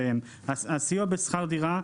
הסיוע בשכר דירה,